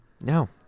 No